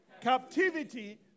captivity